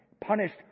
punished